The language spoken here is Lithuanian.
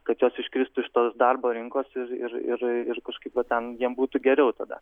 kad jos iškristų iš tos darbo rinkos ir ir ir ir kažkaip va ten jiem būtų geriau tada